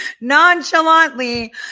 nonchalantly